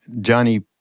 Johnny